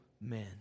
men